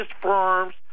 firms